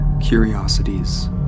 curiosities